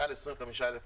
עם מעל 25,000 תושבים.